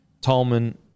Tolman